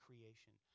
Creation